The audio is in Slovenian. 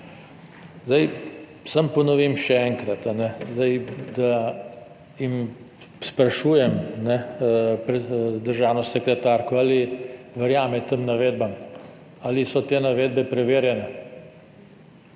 Samo ponovim še enkrat, sprašujem državno sekretarko, ali verjame tem navedbam, ali so te navedbe preverjene.